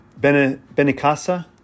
Benicasa